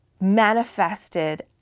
manifested